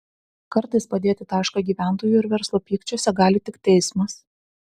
kartais padėti tašką gyventojų ir verslo pykčiuose gali tik teismas